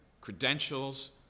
credentials